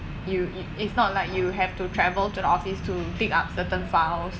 you it it's not like you have to travel to the office to pick up certain files